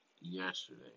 yesterday